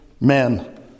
men